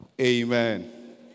Amen